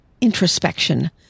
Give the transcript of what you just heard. introspection